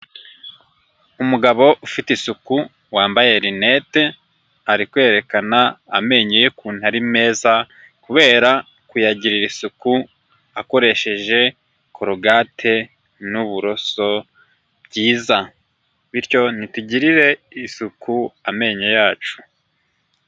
Umugabo ufite isuku, wambaye rinete ari kwerekana amenyo ye ukuntu ari meza, kubera kuyagirira isuku akoresheje korogate n'uburoso byiza, bityo nitugirire isuku amenyo yacu.